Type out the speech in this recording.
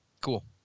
Cool